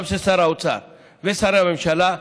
גם של שר האוצר ושרי הממשלה,